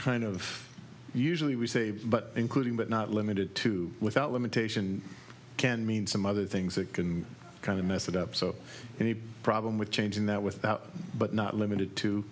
kind of usually we say but including but not limited to without limitation can mean some other things that can kind of mess it up so any problem with changing that without but not limited to